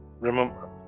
remember